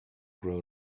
grow